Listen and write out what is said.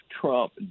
Trump